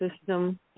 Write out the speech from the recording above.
system